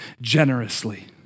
generously